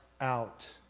out